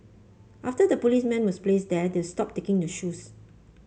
after the policeman was placed there they've stopped taking the shoes